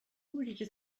already